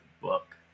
book